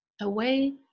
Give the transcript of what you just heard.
away